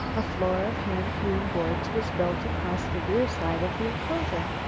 a floor of hand-hewn boards was built across the rear side of the inclosure.